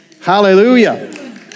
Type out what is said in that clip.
Hallelujah